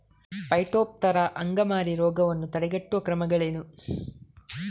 Phytophthora ಅಂಗಮಾರಿ ರೋಗವನ್ನು ತಡೆಗಟ್ಟುವ ಕ್ರಮಗಳೇನು?